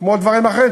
כמו דברים אחרים.